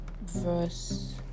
verse